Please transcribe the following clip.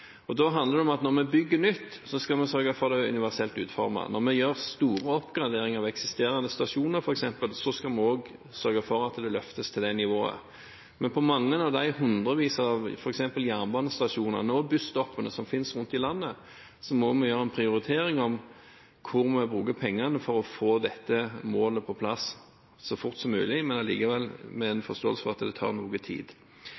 Da handler det om at når vi bygger nytt, skal vi sørge for at det er universelt utformet. Når vi gjør store oppgraderinger av eksisterende stasjoner, f.eks., skal vi også sørge for at det løftes til det nivået. Men på mange av de hundrevis av jernbanestasjonene og busstoppene som finnes rundt om i landet, må vi gjøre en prioritering om hvordan vi bruker pengene for å få dette målet på plass så fort som mulig, men allikevel med en forståelse for at det tar noe tid.